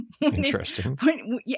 Interesting